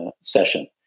session